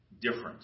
different